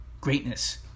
greatness